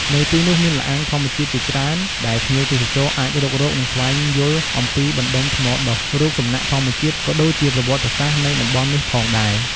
នៅទីនោះមានល្អាងធម្មជាតិជាច្រើនដែលភ្ញៀវទេសចរអាចរុករក និងស្វែងយល់អំពីបណ្តុំថ្មដុះ រូបសំណាកធម្មជាតិ ក៏ដូចជាប្រវត្តិសាស្រ្តនៃតំបន់នេះផងដែរ។